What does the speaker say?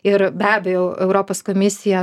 ir be abejo europos komisija